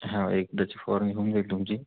हो एकदाची फवारणी होऊन जाईल तुमची